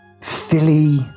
Philly